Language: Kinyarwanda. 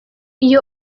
iyo